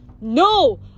No